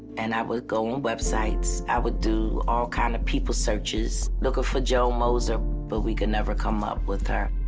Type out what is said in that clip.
and i would go on websites, i would do all kind of people searches looking for joan moser. but we could never come up with her.